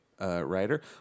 Writer